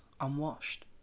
unwashed